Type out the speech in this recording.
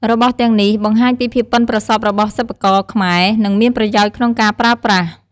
របស់ទាំងនេះបង្ហាញពីភាពប៉ិនប្រសប់របស់សិប្បករខ្មែរ និងមានប្រយោជន៍ក្នុងការប្រើប្រាស់។